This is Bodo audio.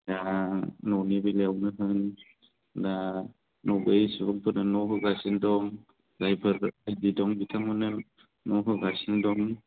दा न'नि बेलायावनो होन दा न' गैयै सुबुंफोरनो न' होगासिनो दं जायफोर बिदों बिथांमोननो न' होगासिनो दं